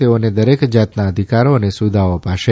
તેઓને દરેક જાતના અધિકારો અને સુવિધાઓ અપાશે